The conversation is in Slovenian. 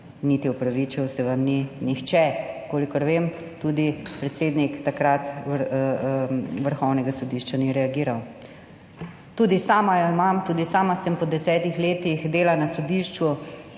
niti opravičil se vam ni nihče. Kolikor vem, tudi predsednik takrat Vrhovnega sodišča ni reagiral. Tudi sama jo imam. Tudi sama sem po desetih letih dela na sodišču